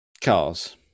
Cars